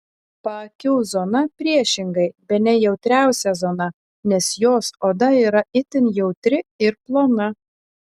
paakių zona priešingai bene jautriausia zona nes jos oda yra itin jautri ir plona